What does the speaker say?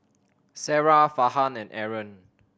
Sarah Farhan and Aaron